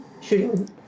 shooting